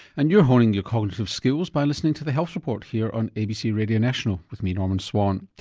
and you're honing your cognitive skills by listening to the health report here on abc radio national with me norman swan.